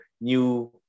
new